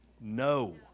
No